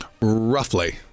Roughly